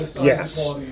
Yes